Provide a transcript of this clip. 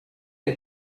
est